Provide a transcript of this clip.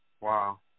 wow